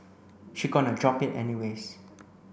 she gonna drop it anyways